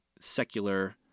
secular